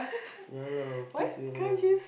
ya lah please wait ah